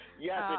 Yes